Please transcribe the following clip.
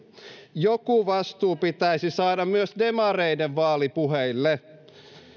joku vastuu pitäisi saada myös demareiden vaalipuheille